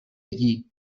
lli